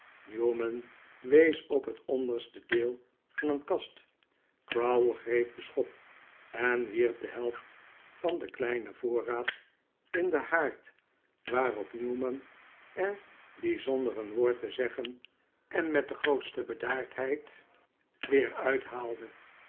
newman wees op het onderste deel van een kast crowl greep de schop en wierp de helft van den kleinen voorraad in den haard waarop newman er die zonder een woord te zeggen en met de grootste bedaardheid weer